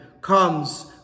comes